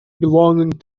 belonging